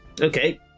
Okay